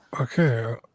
Okay